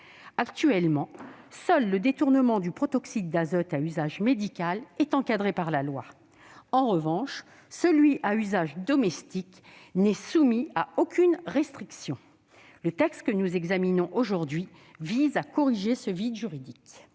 Actuellement, seul le détournement du protoxyde d'azote à usage médical est encadré par la loi. En revanche, celui à usage domestique n'est soumis à aucune restriction. Le texte que nous examinons aujourd'hui vise à corriger ce vide juridique.